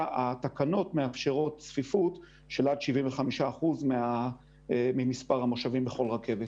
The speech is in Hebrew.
התקנות מאפשרות צפיפות של עד 75% ממספר המושבים בכל רכבת.